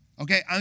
Okay